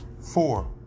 four